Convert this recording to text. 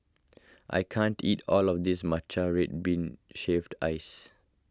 I can't eat all of this Matcha Red Bean Shaved Ice